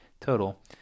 total